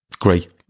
great